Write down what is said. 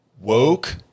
Woke